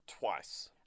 Twice